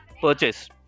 purchase